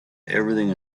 everything